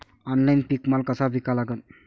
Online पीक माल कसा विका लागन?